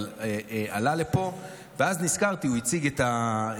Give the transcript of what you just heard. הוא עלה לפה, ואז נזכרתי, הוא הזכיר את הקיצור,